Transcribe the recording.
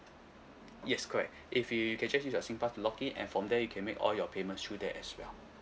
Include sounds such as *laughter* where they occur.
yes correct *breath* if you you can change this to your singpass to log in and from there you can make all your payments through there as well